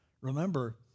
Remember